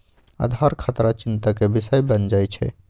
आधार खतरा चिंता के विषय बन जाइ छै